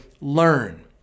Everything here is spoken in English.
learn